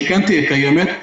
שתהיה קיימת,